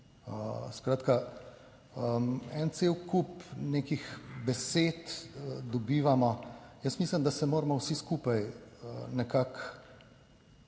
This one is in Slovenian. Skratka, en cel kup nekih besed dobivamo. Jaz mislim, da se moramo vsi skupaj nekako